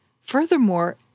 Furthermore